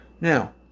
Now